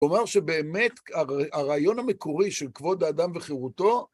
הוא אמר שבאמת, הרעיון המקורי של כבוד האדם וחירותו...